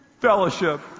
fellowship